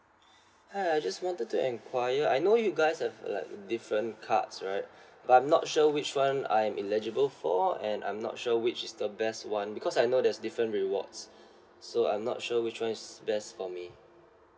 hi I just wanted to enquire I know you guys have like different cards right but I'm not sure which one I'm eligible for and I'm not sure which is the best one because I know there's different rewards so I'm not sure which one is best for me